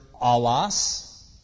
alas